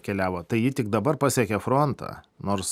keliavo tai ji tik dabar pasiekė frontą nors